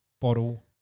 bottle